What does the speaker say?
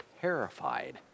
terrified